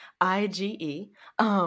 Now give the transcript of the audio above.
I-G-E